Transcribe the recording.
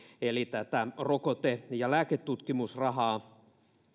eli tätä rokote ja lääketutkimusrahaa